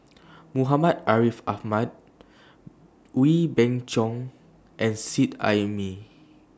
Muhammad Ariff Ahmad Wee Beng Chong and Seet Ai Mee